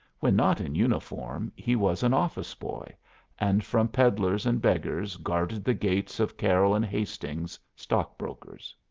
when not in uniform he was an office-boy and from pedlers and beggars guarded the gates of carroll and hastings, stock-brokers.